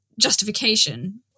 justification